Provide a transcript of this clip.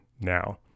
now